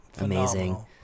amazing